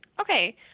Okay